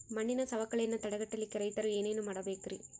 ಮಣ್ಣಿನ ಸವಕಳಿಯನ್ನ ತಡೆಗಟ್ಟಲಿಕ್ಕೆ ರೈತರು ಏನೇನು ಮಾಡಬೇಕರಿ?